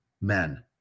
men